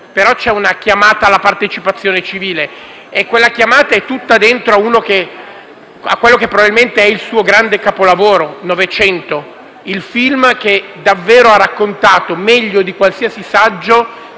però c'è una chiamata alla partecipazione civile. E quella chiamata è tutta dentro quello che probabilmente è il suo grande capolavoro, «Novecento», il film che davvero ha raccontato, meglio di qualsiasi saggio,